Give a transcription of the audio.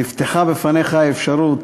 נפתחה בפניך האפשרות,